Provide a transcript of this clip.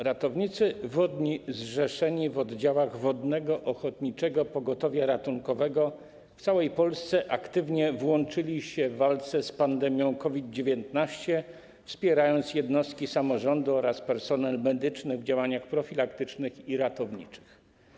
Ratownicy wodni zrzeszeni w oddziałach Wodnego Ochotniczego Pogotowia Ratunkowego w całej Polsce aktywnie włączyli się w walkę z pandemią COVID-19, wspierając jednostki samorządu oraz personel medyczny w działaniach profilaktycznych i ratowniczych.